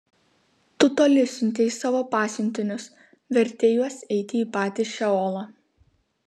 tu toli siuntei savo pasiuntinius vertei juos eiti į patį šeolą